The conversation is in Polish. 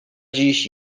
dziś